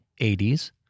80s